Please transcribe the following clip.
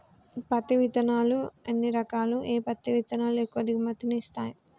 పత్తి విత్తనాలు ఎన్ని రకాలు, ఏ పత్తి విత్తనాలు ఎక్కువ దిగుమతి ని ఇస్తాయి?